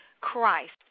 Christ